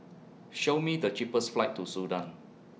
Show Me The cheapest flights to Sudan